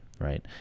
right